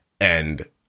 and-